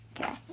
Okay